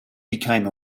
became